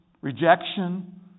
rejection